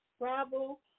travel